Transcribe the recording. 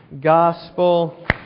gospel